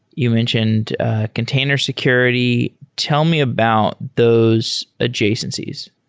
you mentioned container security. tell me about those adjacencies.